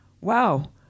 wow